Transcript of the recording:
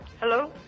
Hello